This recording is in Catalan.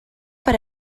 per